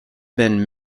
been